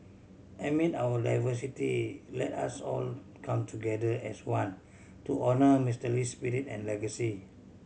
amid our diversity let us all come together as one to honour Mister Lee's spirit and legacy